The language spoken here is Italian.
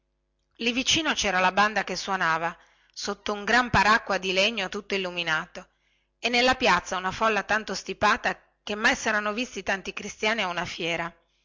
lì vicino cera la banda che suonava sotto un gran paracqua di legno tutto illuminato e nella piazza cera una folla tanto grande che mai serano visti alla